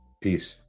Peace